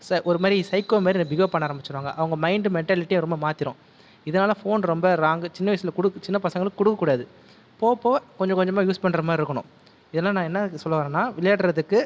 ச ஒரு மாதிரி சைக்கோ மாதிரி பிகேவ் பண்ண ஆரம்பிச்சுடுவாங்க அவங்க மைண்ட் மெண்டாலிட்டியை ரொம்ப மாற்றிரும் இதனால் ஃபோன் ரொம்ப ராங்கு சின்ன வயசில் காெடு சின்ன பசங்களுக்கு கொடுக்க கூடாது போகப்போக கொஞ்ச கொஞ்சமாக யூஸ் பண்ணுற மாதிரி இருக்கணும் இதெல்லாம் நான் என்ன இதுக்கு சொல்ல வரேன்னால் விளையாடுகிறதுக்கு